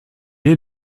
est